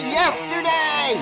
yesterday